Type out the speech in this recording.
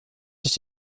sich